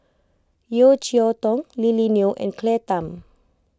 Yeo Cheow Tong Lily Neo and Claire Tham